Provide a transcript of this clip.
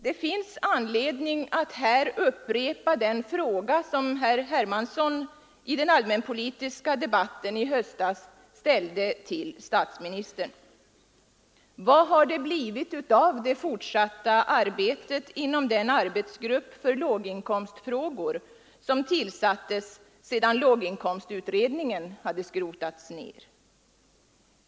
Det finns anledning att här upprepa den fråga som herr Hermansson i den allmänpolitiska debatten i höstas ställde till statsministern: Vad har det blivit av det fortsatta arbetet inom den arbetsgrupp för låginkomstfrågor som tillsattes sedan låginkomstutredningen hade skrotats ned?